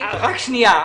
רק רגע.